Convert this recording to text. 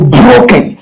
broken